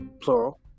plural